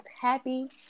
happy